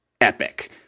epic